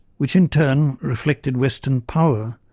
which in term reflected western power.